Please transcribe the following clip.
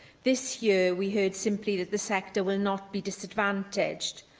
this year, we heard simply that the sector will not be disadvantaged.